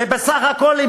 ובסך הכול,